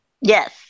Yes